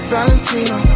Valentino